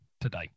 today